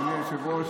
(חבר הכנסת דוד אמסלם יוצא מאולם המליאה.) אדוני היושב-ראש,